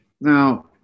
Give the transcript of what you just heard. Now